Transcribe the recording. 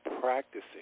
practicing